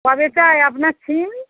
কবে চাই আপনার সিম